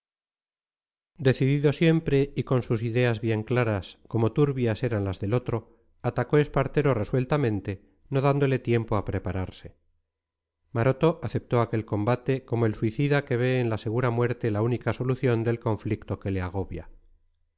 villarreal decidido siempre y con sus ideas bien claras como turbias eran las del otro atacó espartero resueltamente no dándole tiempo a prepararse maroto aceptó aquel combate como el suicida que ve en la segura muerte la única solución del conflicto que le agobia